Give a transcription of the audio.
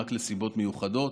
מסיבות מיוחדות.